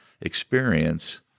experience